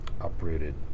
uprooted